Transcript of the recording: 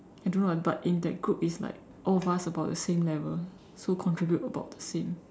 I don't know eh but in that group is like all of us about the same level so contribute about the same